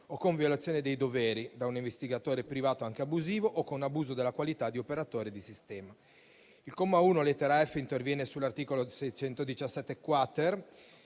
o con violazione dei doveri da un investigatore privato anche abusivo o con abuso della qualità di operatore di sistema. Il comma 1, lettera *f)*, interviene sull'articolo 617-*quater*